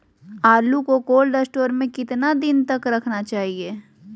आलू को cold store में कितना दिन तक रखना चाहिए?